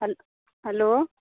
hello hello